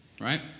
right